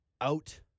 out